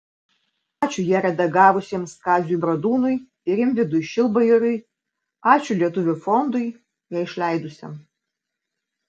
ačiū ją redagavusiems kaziui bradūnui ir rimvydui šilbajoriui ačiū lietuvių fondui ją išleidusiam